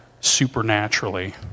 supernaturally